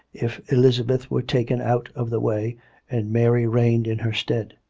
if elizabeth were taken out of the way and mary reigned in her stead.